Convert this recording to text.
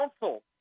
council